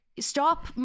Stop